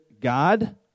God